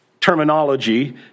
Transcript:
terminology